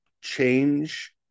change